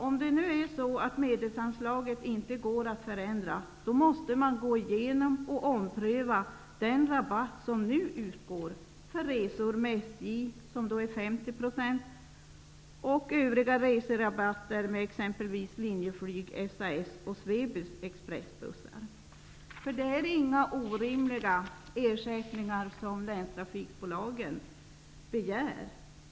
Om medelsanslaget inte går att förändra, måste man gå igenom och ompröva den rabatt som nu utgår för resor med SJ, som nu är 50 %, samt övriga reserabatter med t.ex. Linjeflyg/SAS och Swebus expressbussar. Det är nämligen inga orimliga ersättningar som länstrafikbolagen begär.